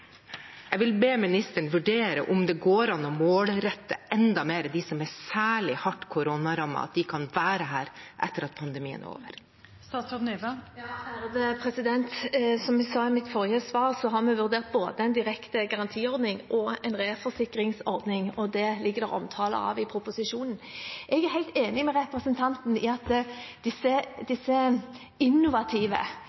de kan være her etter at pandemien er over. Som jeg sa i mitt forrige svar, har vi vurdert både en direkte garantiordning og en reforsikringsordning, og det ligger det en omtale av i proposisjonen. Jeg er helt enig med representanten i at disse